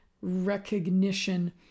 recognition